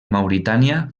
mauritània